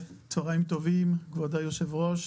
צוהריים טובים כבוד היושב-ראש,